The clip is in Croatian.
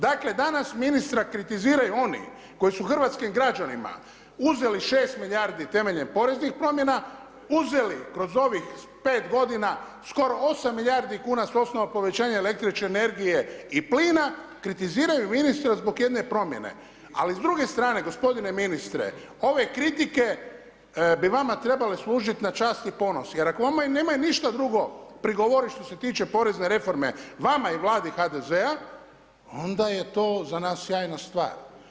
Dakle, danas ministra kritiziraju oni koji su hrvatskim građanima uzeli 6 milijardi temeljem poreznih promjena, uzeli kroz ovih 5 godina skoro 8 milijardi kuna s osnova povećanja električne energije i plina, kritiziraju ministra zbog jedne promjene, ali s druge strane gospodine ministre ove kritike bi trebale vama služiti na čast i ponos, jer ako vama nemaju ništa drugo prigovoriti što se tiče porezne reforme, vama i Vladi HDZ-a onda je to za nas sjajna stvar.